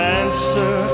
answer